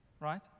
right